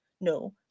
No